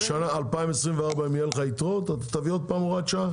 אם יהיו לך יתרות ב-2024, תביא שוב הוראת שעה?